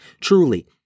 Truly